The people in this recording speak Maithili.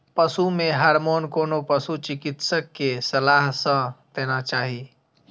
पशु मे हार्मोन कोनो पशु चिकित्सक के सलाह सं देना चाही